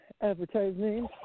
advertising